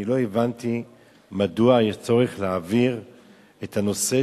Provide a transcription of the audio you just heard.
לא הבנתי מדוע יש צורך להעביר את הנושא,